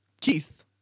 Keith